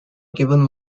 given